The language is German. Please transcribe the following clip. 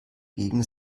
gegen